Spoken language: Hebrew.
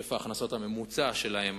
שהיקף ההכנסות הממוצע שלהן,